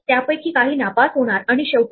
या केसमध्ये ते 3 5 7 आणि 11 असे आहेत